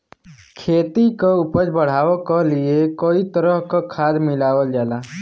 खेती क उपज बढ़ावे क लिए कई तरह क खाद मिलावल जाला